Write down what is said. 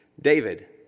David